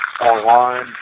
online